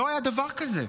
לא היה דבר כזה.